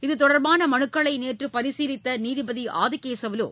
இதுதெடா்பான மனுக்களை நேற்று பரீசிலித்த நீதிபதி ஆதிகேசவலு